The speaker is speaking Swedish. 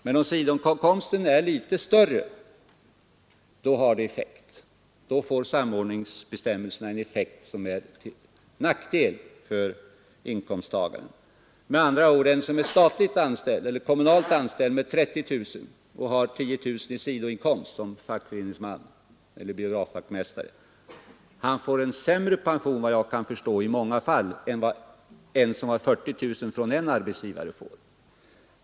Men om sidoinkomsten är litet större får samordningsbestämmelserna en effekt som är till nackdel för inkomsttagaren. Med andra ord får en statligt eller kommunalt anställd med 30 000 kronor i lön och med 10 000 kronor i sidoinkomst som fackföreningsman eller biografvaktmästare enligt vad jag kan förstå i många fall sämre pension än den som har 40 000 kronor från en arbetsgivare.